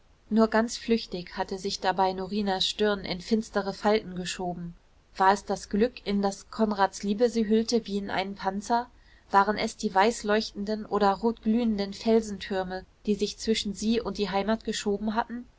nur ganz flüchtig hatte sich dabei norinas stirn in finstere falten geschoben war es das glück in das konrads liebe sie hüllte wie in einen panzer waren es die weißleuchtenden oder rotglühenden felsentürme die sich zwischen sie und die heimat geschoben hatten